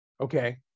Okay